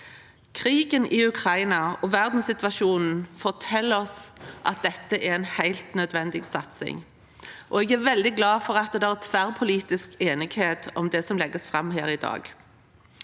Krigen i Ukraina og verdenssituasjonen forteller oss at dette er en helt nødvendig satsing, og jeg er veldig glad for at det er tverrpolitisk enighet om det som legges fram her i dag.